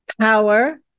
power